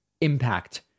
impact